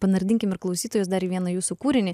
panardinkim ir klausytojus dar į vieną jūsų kūrinį